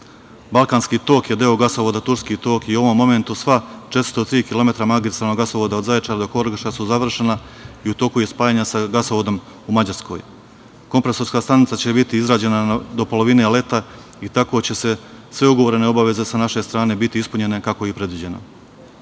Balkanski tok je deo gasovoda Turski tok i u ovom momentu sva 403 kilometra magistralnog gasovoda od Zaječara do Horgoša su završena i u toku je spajanje sa gasovodom u Mađarskom. Kompresorska stanica će biti izrađena do polovine leta i tako će sve ugovorene obaveze sa naše strane biti ispunjene kako je i predviđeno. Prve